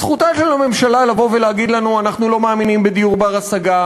זכותה של הממשלה לבוא ולהגיד לנו: אנחנו לא מאמינים בדיור בר-השגה,